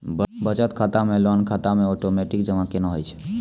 बचत खाता से लोन खाता मे ओटोमेटिक जमा केना होय छै?